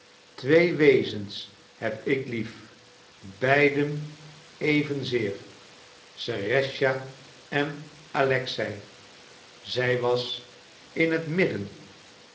twee wezens heb ik lief beiden evenzeer serëscha en alexei zij was in het midden